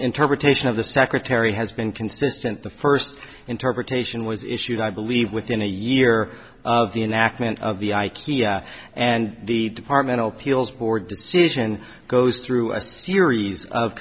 interpretation of the secretary has been consistent the first interpretation was issued i believe within a year of the enactment of the ikea and the departmental peals board decision goes through a series of